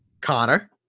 Connor